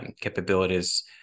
capabilities